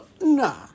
No